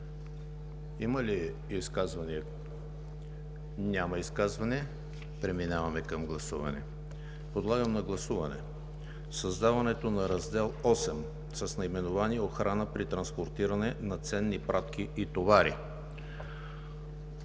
Има ли изказвания? Няма. Преминаваме към гласуване. Подлагам на гласуване създаването на Раздел VIII с наименование „Охрана при транспортиране на ценни пратки или товари“,